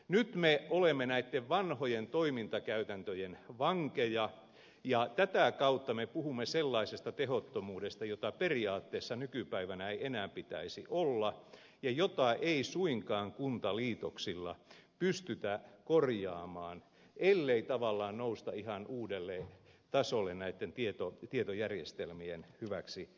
nyt me olemme näitten vanhojen toimintakäytäntöjen vankeja ja tätä kautta me puhumme sellaisesta tehottomuudesta jota periaatteessa nykypäivänä ei enää pitäisi olla ja jota ei suinkaan kuntaliitoksilla pystytä korjaamaan ellei tavallaan nousta ihan uudelle tasolle tietojärjestelmien hyväksikäytössä